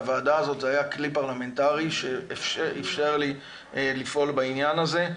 הוועדה הזאת הייתה כלי פרלמנטרי שאיפשר לי לפעול בעניין הזה.